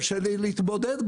קשה להתמודד,